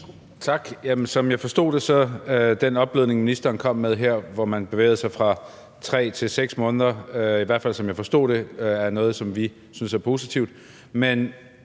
Tak. Som jeg forstod det, så er den opblødning, ministeren kom med her, hvor man bevægede sig fra 3 til 6 måneder, i hvert fald som jeg forstod det, noget, som vi synes er positivt.